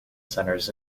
centers